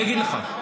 אני אגיד לך,